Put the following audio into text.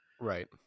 right